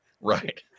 Right